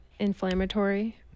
inflammatory